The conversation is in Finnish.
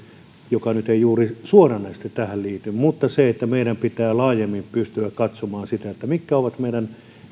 joka nyt ei suoranaisesti juuri tähän liity sen että meidän pitää laajemmin pystyä katsomaan sitä mitkä ovat meidän